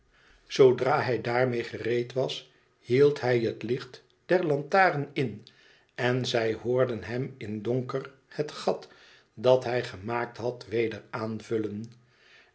zoodra hij daarmede gereed was hield hij het licht der lan laren in en zij hoorden hem in donker het gat dat hij gemaakt had weder aanvullen